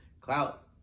Clout